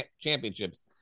championships